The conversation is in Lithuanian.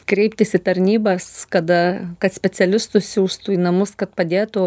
kreiptis į tarnybas kada kad specialistus siųstų į namus kad padėtų